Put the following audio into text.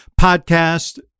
podcast